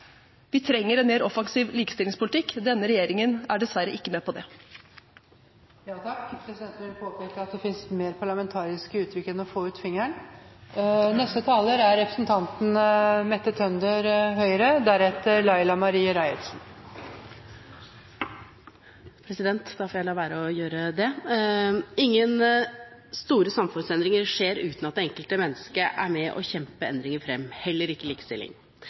Vi trenger en mer offensiv likestillingspolitikk. Denne regjeringen er dessverre ikke med på det. Presidenten vil påpeke at det finnes mer parlamentariske uttrykk enn «å få ut fingeren». Da får jeg la være å gjøre det. Ingen store samfunnsendringer skjer uten at det enkelte menneske er med og kjemper endringene frem, heller ikke likestilling.